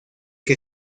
que